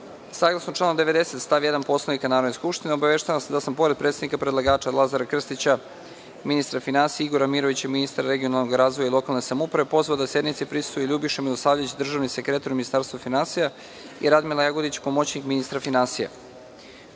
sednice. Saglasno članu 90. stav 1. Poslovnika Narodne skupštine, obaveštavam vas da sam, pored predstavnika predlagača Lazara Krstića, ministra finansija i Igora Mirovića, ministra regionalnog razvoja i lokalne samouprave, pozvao da sednici prisustvuju i Ljubiša Milosavljević, državni sekretar u Ministarstvu finansija i Radmila Jagodić, pomoćnik ministra finansija.U